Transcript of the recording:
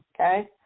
okay